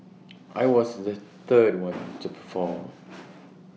I was the third one to perform